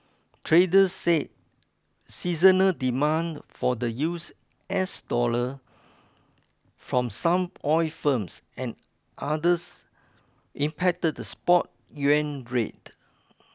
traders said seasonal demand for the use S dollar from some oil firms and others impacted the spot yuan rate